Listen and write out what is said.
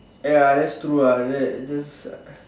ya that's true ah that that's